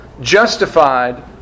justified